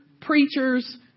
preachers